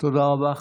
תודה רבה.